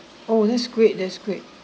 oh that's great that's great